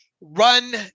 run